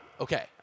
Okay